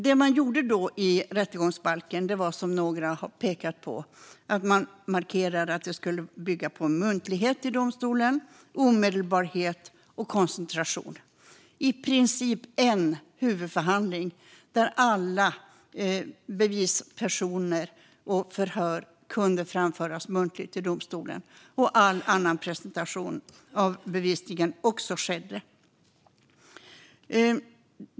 Det man då gjorde i rättegångsbalken, som några har pekat på, var att man markerade att det i domstolen skulle bygga på muntlighet, omedelbarhet och koncentration. Det skulle i princip vara en huvudförhandling där alla personer var närvarande och bevis och förhör kunde framföras muntligt inför domstolen och där all annan presentation av bevisningen också skedde.